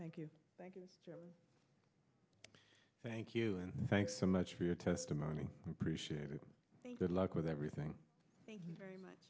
thank you thank you and thanks so much for your testimony appreciate it good luck with everything thank you very much